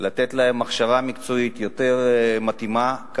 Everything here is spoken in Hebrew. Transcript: לתת להם הכשרה מקצועית מתאימה יותר,